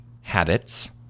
habits